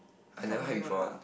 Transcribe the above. that's not new lah